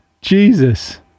Jesus